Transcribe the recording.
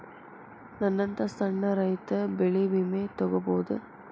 ನನ್ನಂತಾ ಸಣ್ಣ ರೈತ ಬೆಳಿ ವಿಮೆ ತೊಗೊಬೋದ?